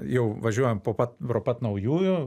jau važiuojam po pat pro pat naujųjų